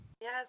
Yes